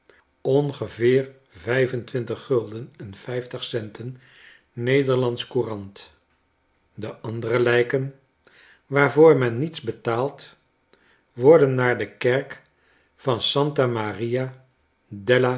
ongeveer vijf en twintig gulden en vijftig centen nederlandsch courant de andere lijken waarvoor men niets betaalt worden naar de kerk van santamariadellaconsolazione